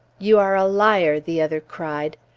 you are a liar! the other cried.